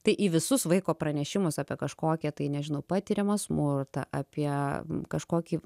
tai į visus vaiko pranešimus apie kažkokį tai nežino patiriamą smurtą apie kažkokį